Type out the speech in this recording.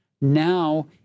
now